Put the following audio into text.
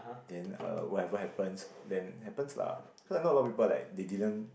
then uh whatever happens then happens lah cause I know a lot of people like they didn't